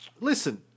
Listen